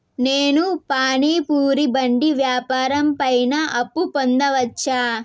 నేను పానీ పూరి బండి వ్యాపారం పైన అప్పు పొందవచ్చా?